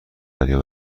دریا